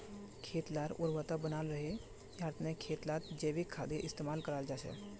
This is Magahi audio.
खेत लार उर्वरता बनाल रहे, याहार तने खेत लात जैविक खादेर इस्तेमाल कराल जाहा